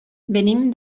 venim